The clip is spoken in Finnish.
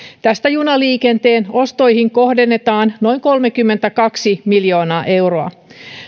tästä junaliikenteen ostoihin kohdennetaan noin kolmekymmentäkaksi miljoonaa euroa